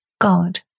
God